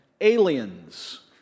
Aliens